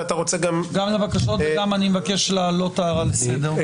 גם לבקשות, ואני מבקש גם להעלות הערה לסדר.